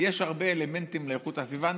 יש הרבה אלמנטים לאיכות הסביבה.